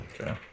Okay